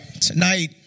Tonight